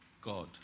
God